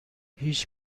هیچ